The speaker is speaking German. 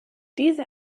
diese